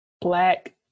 black